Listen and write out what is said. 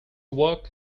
work